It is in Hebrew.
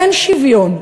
אין שוויון.